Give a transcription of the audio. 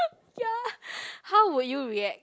ya how would you react